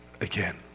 again